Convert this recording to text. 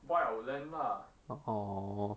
buy our land lah